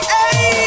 Hey